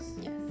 Yes